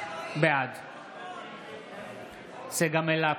בעד צגה מלקו,